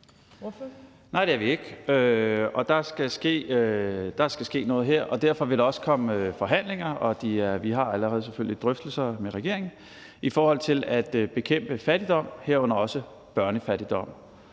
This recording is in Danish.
Nej, det er vi ikke, og der skal ske noget her, og derfor vil der også komme forhandlinger. Vi har selvfølgelig allerede drøftelser med regeringen om at bekæmpe fattigdom, herunder også børnefattigdom.